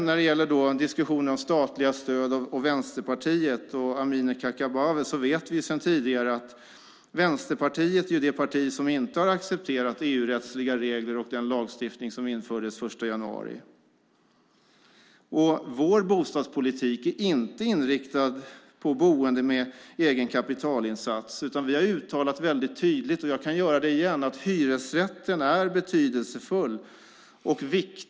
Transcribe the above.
När det gäller diskussionen om statliga stöd och det Amineh Kakabaveh från Vänsterpartiet sade vet vi sedan tidigare att Vänsterpartiet är det parti som inte har accepterat EU-rättsliga regler och den lagstiftning som infördes den 1 januari. Vår bostadspolitik är inte inriktad på boende med egen kapitalinsats. Vi har uttalat väldigt tydligt, och jag kan göra det igen, att hyresrätten är betydelsefull och viktig.